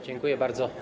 Dziękuję bardzo.